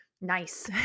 nice